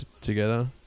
together